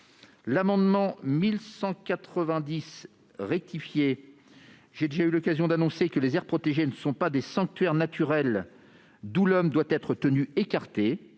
l'amendement n° 1190 rectifié, j'ai déjà eu l'occasion de souligner que les aires protégées ne sont pas des sanctuaires naturels dont l'homme doit être tenu éloigné.